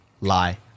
lie